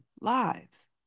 lives